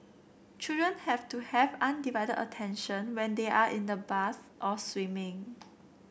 children have to have undivided attention when they are in the bath or swimming